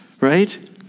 right